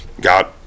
got